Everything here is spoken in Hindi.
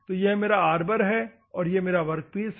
तो यह मेरा आर्बर है और यह एक वर्कपीस है